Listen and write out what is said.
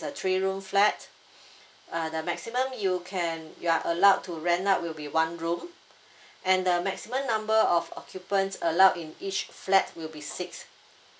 a three room flat uh the maximum you can you are allowed to rent out will be one room and the maximum number of occupants allowed in each flat will be six